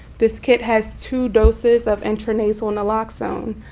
this kit has two doses of intranasal naloxone.